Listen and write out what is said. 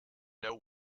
know